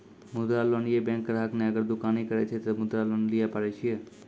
मुद्रा लोन ये बैंक ग्राहक ने अगर दुकानी करे छै ते मुद्रा लोन लिए पारे छेयै?